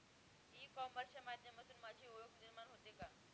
E कॉमर्सच्या माध्यमातून माझी ओळख निर्माण होते का?